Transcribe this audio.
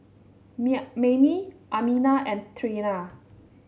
Mayme Amina and Trena